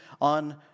on